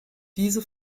diese